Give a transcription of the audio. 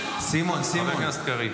--- חבר הכנסת קריב.